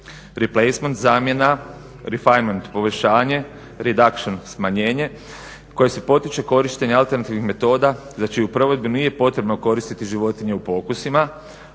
replacement zamjena, rifeiming poboljšanje, reduction smanjenje koje se potiče korištenje alternativnih metoda za čiju provedbu nije potrebno koristiti životinje u pokusima